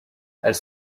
elles